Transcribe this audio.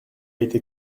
été